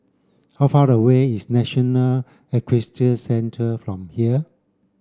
how far away is National Equestrian Centre from here